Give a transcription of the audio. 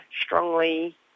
strongly